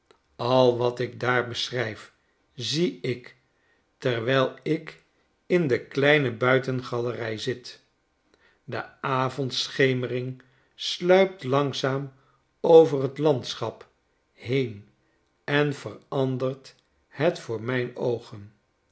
al wat ik daar beschrijf zie ik terwijl ik in de kleine buitengalerij zit de avondschemering sluipt langzaam over het landschap heen en verandert het voor myn oogen